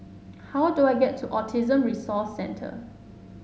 how do I get to Autism Resource Centre